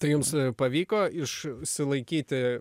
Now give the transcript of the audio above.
tai jums pavyko išsilaikyti